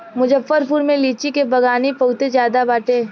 मुजफ्फरपुर में लीची के बगानी बहुते ज्यादे बाटे